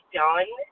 done